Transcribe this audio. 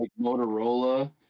motorola